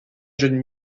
jeune